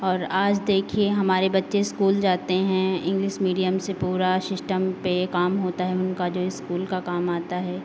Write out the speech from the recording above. और आज देखिए हमारे बच्चे इस्कूल जाते हैं इंग्लिश मीडियम से पूरा सिस्टम पे काम होता है उनका जो इस्कूल का काम आता है